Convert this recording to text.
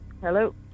Hello